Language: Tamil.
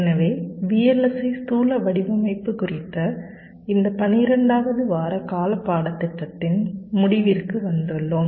எனவே VLSI ஸ்தூல வடிவமைப்பு குறித்த இந்த 12 வது வார கால பாடத்திட்டத்தின் முடிவிற்கு வந்துள்ளோம்